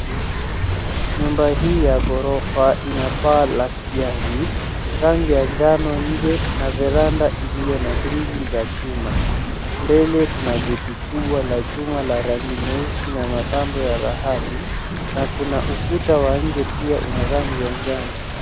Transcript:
Nyumba hii ya ghorofa ina paa la kijani, rangi ya njano nje na veranda iliyo na grili za chuma. Mbele kuna geti kubwa la chuma la rangi nyeusi na mapambo ya dhahabu , na kuna ukuta wa nje pia una rangi ya njano.